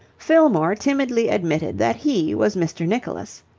fillmore timidly admitted that he was mr. nicholas.